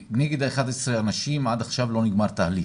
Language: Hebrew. נגד 11 האנשים עד עכשיו לא נגמר תהליך.